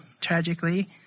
tragically